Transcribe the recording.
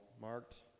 marked